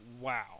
wow